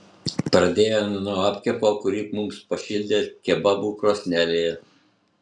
pradėjome nuo apkepo kurį mums pašildė kebabų krosnelėje